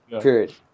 Period